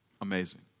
Amazing